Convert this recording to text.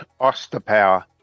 Osterpower